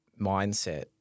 mindset